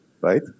right